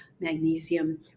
magnesium